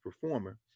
performer